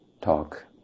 talk